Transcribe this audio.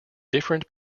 different